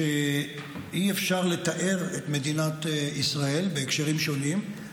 אי-אפשר לתאר את מדינת ישראל בהקשרים שונים,